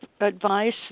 advice